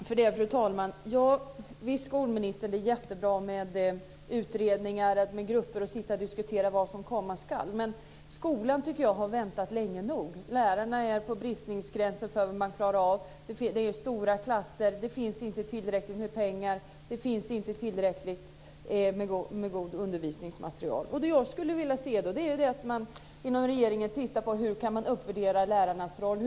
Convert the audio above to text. Fru talman! Visst, skolministern, är det jättebra med utredningar och grupper som sitter och diskuterar vad som komma skall. Men jag tycker att skolan har väntat länge nog. Lärarna är på bristningsgränsen för vad man klarar av. Det är stora klasser. Det finns inte tillräckligt med pengar. Det finns inte tillräckligt med gott undervisningsmaterial. Det jag skulle vilja se är att man inom regeringen tittade på detta: Hur kan man uppvärdera lärarnas roll?